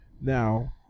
now